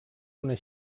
una